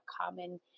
common